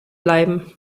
bleiben